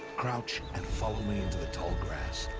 crouch, and follow me into the tall grass.